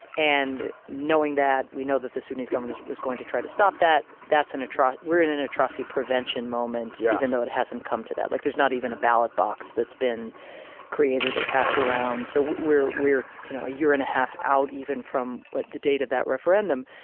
and knowing that we know that the sudanese government was going to try to stop that. that's an a try. we're in an atrocity prevention moment yeah even though it hasn't come to that. like there's not even a ballot box that's been created or passed around. so we're we're you know a year and a half out even from the date of that referendum.